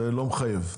זה לא מחייב.